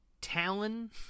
Talon